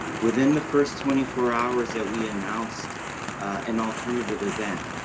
within the first twenty four hours that we announced an alternative event,